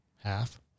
half